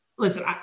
Listen